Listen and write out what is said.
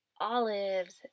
olives